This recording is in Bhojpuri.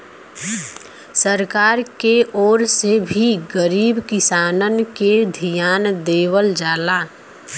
सरकार के ओर से भी गरीब किसानन के धियान देवल जाला